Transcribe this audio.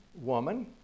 woman